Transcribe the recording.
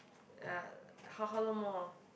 ah how how long more oh